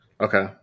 Okay